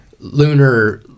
lunar